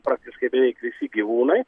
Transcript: praktiškai beveik visi gyvūnai